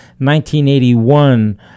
1981